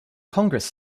congress